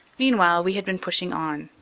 meanwhile we had been pushing on.